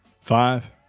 Five